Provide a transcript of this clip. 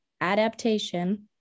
Adaptation